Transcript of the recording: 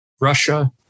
Russia